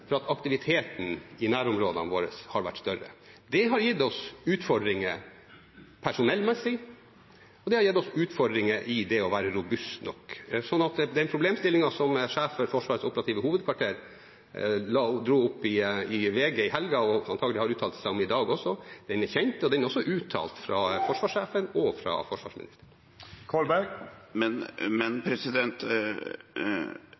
slett fordi aktiviteten i nærområdene våre har vært større. Det har gitt oss utfordringer personellmessig, og det har gitt oss utfordringer i det å være robust nok. Så den problemstillingen som sjef for Forsvarets operative hovedkvarter dro opp i VG i helga, og antagelig har uttalt seg om i dag også, er kjent, og den er også uttalt fra forsvarssjefen og fra forsvarsministeren. Men